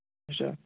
اَچھا